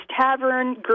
Tavern